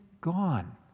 gone